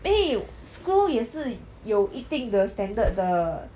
eh screw 也是有一定的 standard 的